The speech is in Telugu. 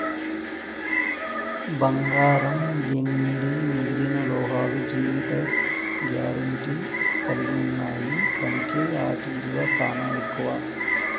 బంగారం, ఎండి మిగిలిన లోహాలు జీవిత గారెంటీ కలిగిన్నాయి కనుకే ఆటి ఇలువ సానా ఎక్కువ